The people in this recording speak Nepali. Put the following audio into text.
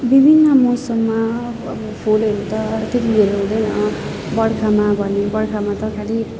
विभिन्न मौसमहरूमा पाइने फुलहरू त तिनीहरू हुँदै हुन् बर्खामा भने बर्खामा त खालि